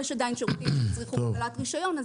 יש עדיין שירותים שאתה צריך קבלת רישיון,